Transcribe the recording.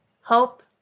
Hope